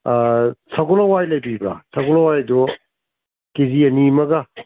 ꯁꯒꯣꯜ ꯍꯋꯥꯏ ꯂꯩꯕꯤꯕ꯭ꯔꯥ ꯁꯒꯣꯜ ꯍꯋꯥꯏꯗꯣ ꯀꯦ ꯖꯤ ꯑꯅꯤꯑꯃꯒ